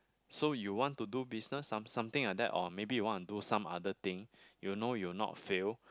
so you want to do business some something like that or maybe you want to do some other thing you know you'll not fail